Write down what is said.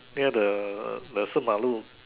near the the Si mah Lu